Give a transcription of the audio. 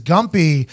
Gumpy